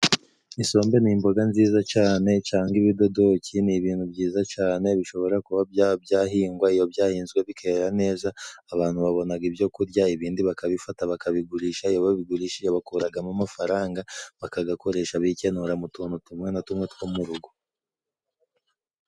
Isombe ni imboga nziza cane cangwa ibidodoki ni ibintu byiza cane bishobora kuba bya byahingwa ,iyo byahinzwe bi bikera neza abantu babonaga ibyo kurya ibindi bakabifata bakabigurisha, iyo babigurishije bakuragamo amafaranga bakagakoresha bikenura mu tuntu tumwe na tumwe two mu rugo.